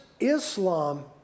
Islam